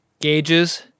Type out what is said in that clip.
Gauges